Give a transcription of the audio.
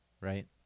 Right